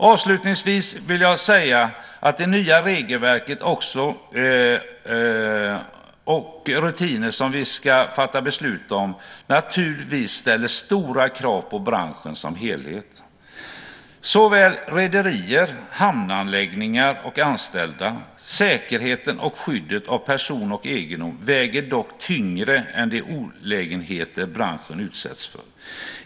Avslutningsvis vill jag säga att de nya regelverk och rutiner som vi ska fatta beslut om naturligtvis ställer stora krav på branschen som helhet, såväl rederier som hamnanläggningar och anställda. Säkerheten och skyddet av person och egendom väger dock tyngre än de olägenheter branschen utsätts för.